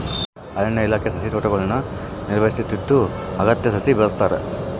ಅರಣ್ಯ ಇಲಾಖೆ ಸಸಿತೋಟಗುಳ್ನ ನಿರ್ವಹಿಸುತ್ತಿದ್ದು ಅಗತ್ಯ ಸಸಿ ಬೆಳೆಸ್ತಾರ